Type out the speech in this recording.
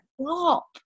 stop